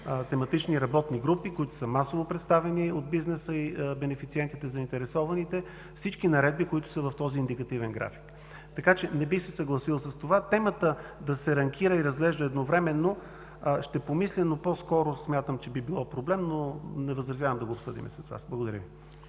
тематични работни групи, които са масово представени от бизнеса и бенефициентите, заинтересованите, всички наредби, които са в този индикативен график. Така че не бих се съгласил с това темата да се рамкира и разглежда едновременно. Ще помисля, но по-скоро смятам, че би било проблем, но не възразявам да го обсъдим с Вас. Благодаря Ви.